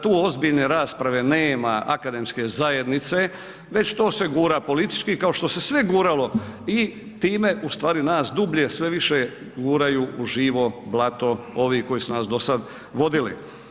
Tu ozbiljne rasprave nema, akademske zajednice, već to se gura politički kao što se sve guralo i time u stvari nas dublje sve više guraju u živo blato ovi koji su nas do sada vodili.